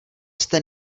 jste